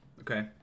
Okay